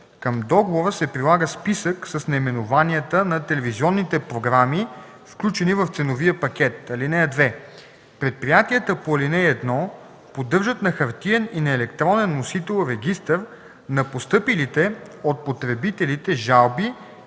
към договора се прилага списък с наименованията на телевизионните програми, включени в ценовия пакет. (2) Предприятията по ал. 1 поддържат на хартиен и на електронен носител регистър на постъпилите от потребителите жалби,